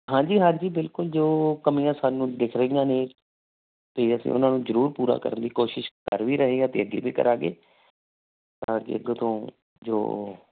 ਹਾਂਜੀ ਹਾਂਜੀ ਬਿਲਕੁਲ ਜੋ ਕਮੀਆਂ ਸਾਨੂੰ ਦਿੱਖ ਰਹੀਆਂ ਨੇ ਅਤੇ ਅਸੀਂ ਉਹਨਾਂ ਨੂੰ ਜ਼ਰੂਰ ਪੂਰਾ ਕਰਨ ਦੀ ਕੋਸ਼ਿਸ਼ ਕਰ ਵੀ ਰਹੇ ਹਾਂ ਅਤੇ ਅੱਗੇ ਵੀ ਕਰਾਂਗੇ ਤਾਂ ਕੇ ਅੱਗੇ ਤੋਂ ਜੋ